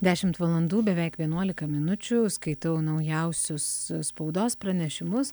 dešimt valandų beveik vienuolika minučių skaitau naujausius spaudos pranešimus